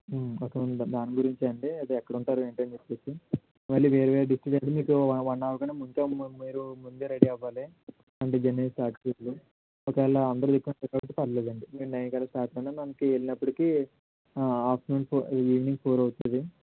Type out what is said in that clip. ఎక్కడుంటారు దాని గురించి అండి అదే ఎక్కడుంటారు ఏంటా అని చెప్పేసి మళ్లీ వేరు వేరు డిస్ట్రిక్ట్ అయితే మీకు వన్ అవర్ కంటే ముందే మీరు ముందే రెడీ అవ్వాలి అంటే జర్నీ స్టార్ట్ చేయాలి ఒకవేళ అందరూ పర్లేదండి మీరు నైన్ కల్లా స్టార్ట్ అయిన మనకి వెళ్లే అప్పటికీ ఆఫ్టర్నూన్ ఫోర్ ఈవినింగ్ ఫోర్ అవుతుంది